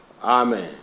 Amen